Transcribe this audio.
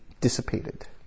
dissipated